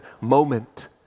moment